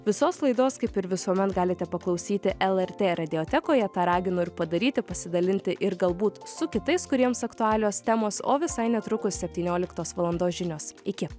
visos laidos kaip ir visuomet galite paklausyti lrt radiotekoje tą raginu ir padaryti pasidalinti ir galbūt su kitais kuriems aktualios temos o visai netrukus septynioliktos valandos žinios iki